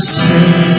say